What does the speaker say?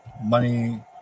money